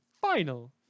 final